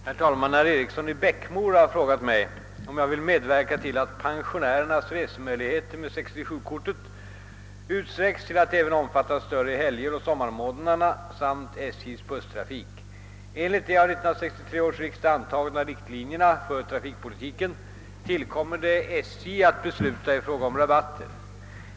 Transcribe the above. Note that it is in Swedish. Herr talman! Herr Eriksson i Bäckmora har frågat mig om jag vill medverka till att pensionärernas resemöjligheter med 67-kortet utsträcks till att även omfatta större helger och sommarmånaderna samt SJ:s busstrafik. Enligt de av 1963 års riksdag antagna riktlinjerna för trafikpolitiken tillkommer det SJ att besluta i fråga om rabatter.